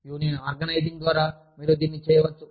union organizing ద్వారా మీరు దీన్ని చేయవచ్చు